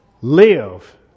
live